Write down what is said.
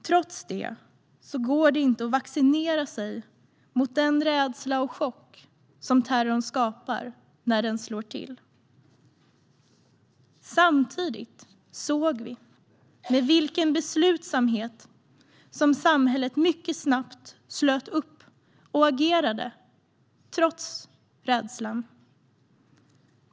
Trots det går det inte att vaccinera sig mot den rädsla och chock som terrorn skapar när den slår till. Samtidigt såg vi med vilken beslutsamhet samhället mycket snabbt slöt upp och agerade, trots rädslan.